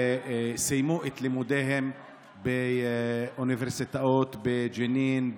שסיימו את לימודיהם באוניברסיטאות בג'נין,